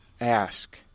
ask